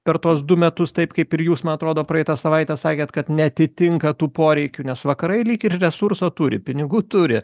per tuos du metus taip kaip ir jūs man atrodo praeitą savaitę sakėt kad neatitinka tų poreikių nes vakarai lyg ir resurso turi pinigų turi